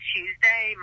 Tuesday